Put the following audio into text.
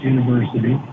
University